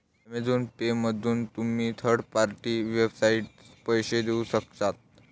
Amazon पेमधून तुम्ही third party वेबसाइटसाठी पैसे देऊ शकता